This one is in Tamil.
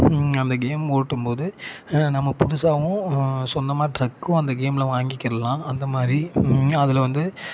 அந்த கேம் ஓட்டும்போது நம்ம புதுசாகவும் சொந்தமாக டிரக்கும் அந்த கேமில் வாங்கிக்கிறலாம் அந்த மாதிரி அதில் வந்து